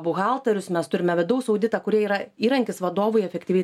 buhalterius mes turime vidaus auditą kurie yra įrankis vadovui efektyviai